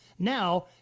Now